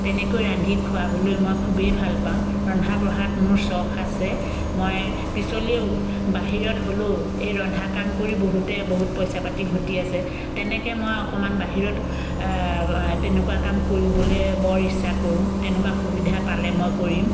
তেনেকৈ ৰান্ধি খুৱাবলৈ মই খুবেই ভাল পাওঁ ৰন্ধা বঢ়াত মোৰ চখ আছে মই পিছলৈও বাহিৰত হ'লেও এই ৰন্ধা কাম কৰি বহুতে বহুত পইচা পাতি ঘটি আছে তেনেকৈ মই অকণমান বাহিৰত তেনেকুৱা কাম কৰিবলৈ বৰ ইচ্ছা কৰোঁ তেনেকুৱা সুবিধা পালে মই কৰিম